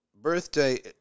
birthday